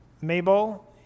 Mabel